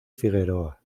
figueroa